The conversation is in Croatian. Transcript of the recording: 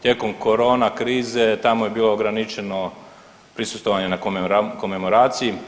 Tijekom korona krize tamo je bilo ograničeno prisustvovanje na Komemoraciji.